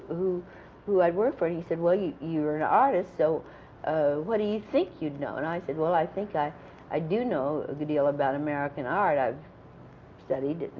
who who i'd work for. and he said, well, you're an artist, so what do you think you'd know? and i said, well, i think i i do know a good deal about american art. i've studied,